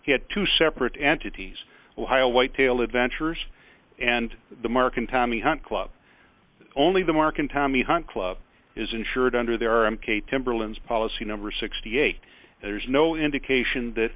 he had two separate entities ohio whitetail adventures and the mark and tommy hunt club only the mark and tommy hunt club is insured under their m k timberlands policy number sixty eight there's no indication that